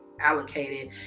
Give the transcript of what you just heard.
allocated